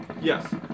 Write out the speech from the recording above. Yes